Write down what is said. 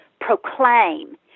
proclaim